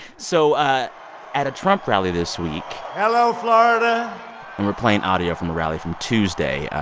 so ah at a trump rally this week. hello, florida and we're playing audio from a rally from tuesday.